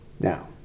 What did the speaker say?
Now